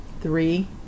three